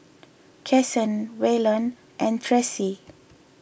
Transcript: Kasen Waylon and Tressie